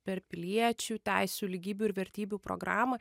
per piliečių teisių lygybių ir vertybių programą